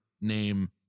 name